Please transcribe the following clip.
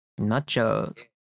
Nachos